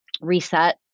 reset